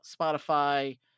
Spotify